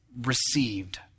received